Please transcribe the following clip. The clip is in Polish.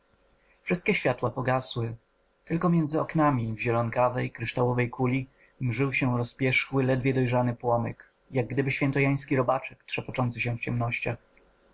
wszystkie światła pogasły tylko między oknami w zielonawej kryształowej kuli mżył się rozpierzchły ledwie dojrzany płomyk jakgdyby świętojański robaczek trzepoczący się w ciemnościach